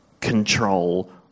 control